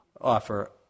offer